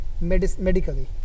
medically